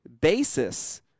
basis